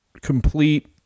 complete